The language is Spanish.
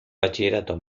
bachillerato